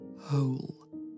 whole